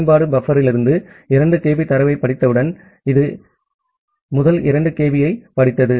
பயன்பாடு பஃப்பரிலிருந்து 2 kB தரவைப் படித்தவுடன் இது இந்த முதல் 2 kB ஐப் படித்தது